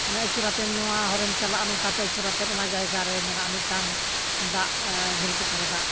ᱢᱟᱱᱮ ᱟᱹᱪᱩᱨᱟᱛᱮᱢ ᱱᱚᱣᱟ ᱦᱚᱨᱮᱢ ᱪᱟᱞᱟᱜᱼᱟ ᱱᱚᱝᱠᱟᱛᱮ ᱟᱹᱪᱩᱨᱟᱛᱮ ᱚᱱᱟ ᱡᱟᱭᱜᱟᱨᱮ ᱢᱮᱱᱟᱜᱼᱟ ᱢᱤᱫᱴᱟᱝ ᱫᱟᱜ ᱫᱷᱤᱨᱤ ᱪᱮᱛᱟᱱ ᱨᱮ ᱫᱟᱜ